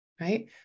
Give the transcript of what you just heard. right